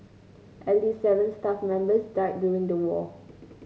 at least seven staff members died during the war